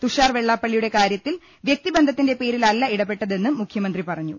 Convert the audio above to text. തുഷാർ വെള്ളാപ്പള്ളിയുടെ കാര്യത്തിൽ വ്യക്തിബന്ധത്തിന്റെ പേരിലല്ല ഇടപ്പെട്ടതെന്നും മുഖ്യമന്ത്രി അറി യിച്ചു